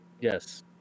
Yes